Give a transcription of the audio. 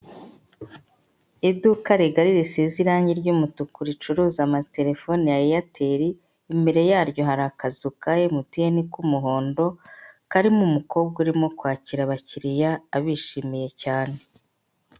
Iduka rigari risize irange ry'umutuku ricuruza amaterefone ya Eyateri, imbere yaryo hari akazu ka MTN k'umuhondo, karimo umukobwa urimo kwakira abakiriya abishimiye cyane.